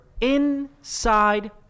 inside